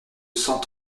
cent